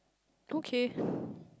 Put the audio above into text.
okay